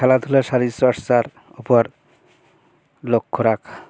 খেলাধুলা শরীর চর্চার উপর লক্ষ্য রাখা